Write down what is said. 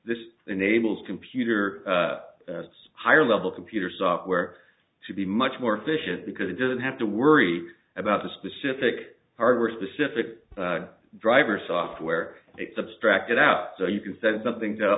this enables computer higher level computer software to be much more efficient because it doesn't have to worry about the specific hardware specific driver software it substract it out so you can send something to